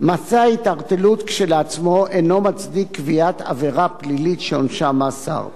מעשה ההתערטלות כשלעצמו אינו מצדיק קביעת עבירה פלילית שעונשה מאסר.